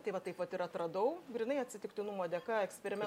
tai va taip vat ir atradau grynai atsitiktinumo dėka eksperimen